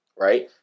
right